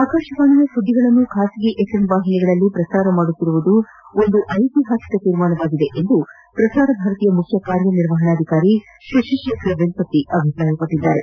ಆಕಾಶವಾಣಿಯ ಸುದ್ದಿಗಳನ್ನು ಖಾಸಗಿ ಎಫ್ಎಂ ವಾಹಿನಿಗಳಲ್ಲಿ ಪ್ರಸಾರ ಮಾಡುತ್ತಿರುವುದು ಐತಿಹಾಸಿಕ ತೀರ್ಮಾನವೆಂದು ಪ್ರಸಾರ ಭಾರತೀಯ ಮುಖ್ಯ ನಿರ್ವಹಾಧಿಕಾರಿ ಶಶಿತೇಖರ್ ವೆಂಪತಿ ಹೇಳಿದ್ದಾರೆ